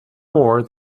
more